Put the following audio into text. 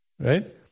Right